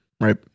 right